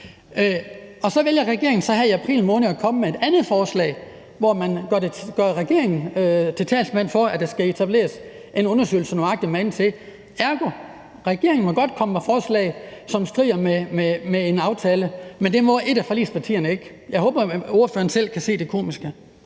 Så vælger regeringen så her i april måned at komme med et andet forslag, hvor regeringen gør sig til talsmand for, at der skal etableres en undersøgelse nøjagtig magen til. Ergo må regeringen godt komme med forslag, som strider mod en aftale, men det må et af forligspartierne ikke. Jeg håber, at ordføreren selv kan se det komiske